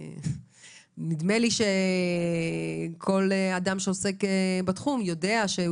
נדמה לי שכל אדם שעוסק בתחום יודע שהוא